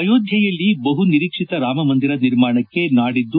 ಅಯೋಧ್ವೆಯಲ್ಲಿ ಬಹುನಿರೀಕ್ಷಿತ ರಾಮಮಂದಿರ ನಿರ್ಮಾಣಕ್ಕೆ ನಾಡಿದ್ದು